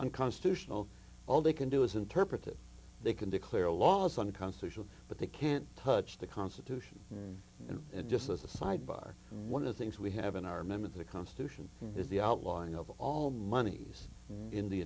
unconstitutional all they can do is interpret it they can declare laws unconstitutional but they can't touch the constitution and just as a side bar one of the things we have in our member the constitution is the outlawing of all monies in the